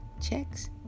Checks